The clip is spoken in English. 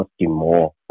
more